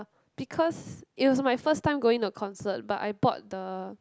because it was my first time going to a concert but I bought the